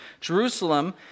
Jerusalem